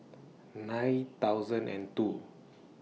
nine thousand and two